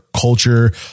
Culture